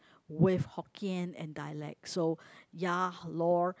with Hokkien and dialects so ya lor